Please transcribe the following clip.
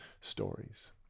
stories